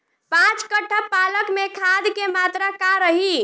पाँच कट्ठा पालक में खाद के मात्रा का रही?